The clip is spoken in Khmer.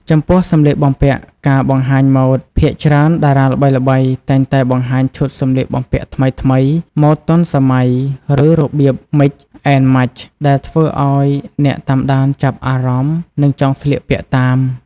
ចំពោះសម្លៀកបំពាក់ការបង្ហាញម៉ូតភាគច្រើនតារាល្បីៗតែងតែបង្ហាញឈុតសម្លៀកបំពាក់ថ្មីៗ ម៉ូតទាន់សម័យ ឬរបៀប Mix and Match ដែលធ្វើឲ្យអ្នកតាមដានចាប់អារម្មណ៍ និងចង់ស្លៀកពាក់តាម។